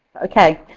okay.